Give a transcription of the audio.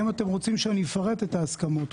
אם אתם רוצים שאני אפרט את ההסכמות.